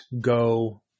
go